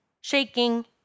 shaking